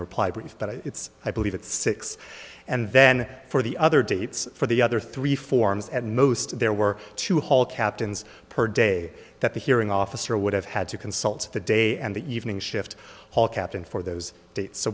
but it's i believe it's six and then for the other dates for the other three forms at most there were two hall captains per day that the hearing officer would have had to consult the day and the evening shift hall captain for those dates so